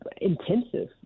intensive